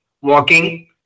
walking